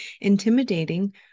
intimidating